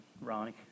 Ronnie